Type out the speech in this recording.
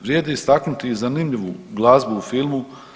Vrijedi istaknuti i zanimljivu glazbu u filmu.